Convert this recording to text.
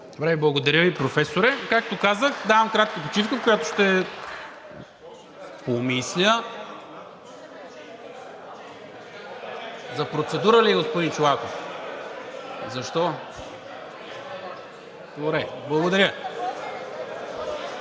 благодаря Ви, Професоре. Както казах, давам кратка почивка, в която ще помисля. За процедура ли, господин Чолаков? Добре,